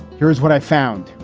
here's what i found.